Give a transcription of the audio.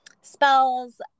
spells